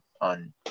on